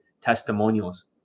testimonials